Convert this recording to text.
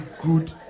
good